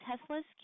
Tesla's